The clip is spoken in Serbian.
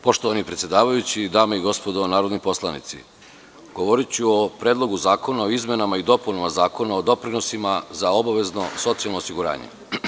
Poštovani predsedavajući, dame i gospodo narodni poslanici, govoriću o Predlogu zakona o izmenama i dopunama Zakona o doprinosima za obavezno socijalno osiguranje.